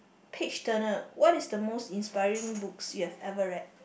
page turner what is the most inspiring books you have ever read